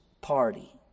party